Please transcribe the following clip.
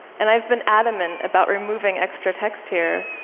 and i've been adamant about removing extra text here,